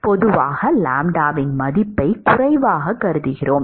பொதுவாக லாம்ப்டாவின் மதிப்பைக் குறைவாகக் கருதுகிறோம்